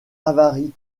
avaries